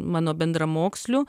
mano bendramokslių